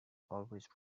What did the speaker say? always